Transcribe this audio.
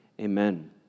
amen